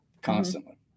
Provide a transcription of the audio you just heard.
constantly